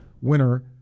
winner